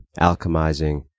alchemizing